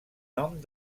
nom